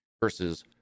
versus